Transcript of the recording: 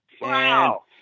Wow